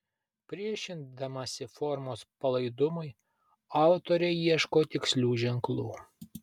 priešindamasi formos palaidumui autorė ieško tikslių ženklų